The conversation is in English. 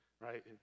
right